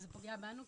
זה פוגע בנו,